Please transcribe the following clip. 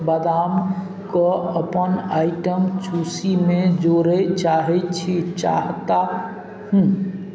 बादामके अपन आइटम सूचीमे जोड़ै चाहै छी चाहता हूं